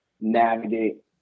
navigate